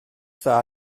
dda